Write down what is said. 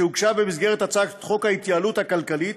שהוגשה במסגרת הצעת חוק ההתייעלות הכלכלית,